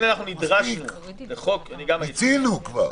מיצינו כבר.